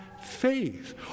faith